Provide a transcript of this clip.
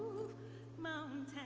move mountains.